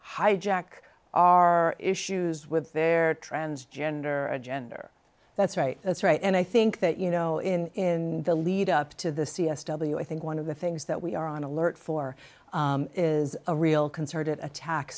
hijack our issues with their transgender gender that's right that's right and i think that you know in the lead up to the c s w i think one of the things that we are on alert for is a real concerted attack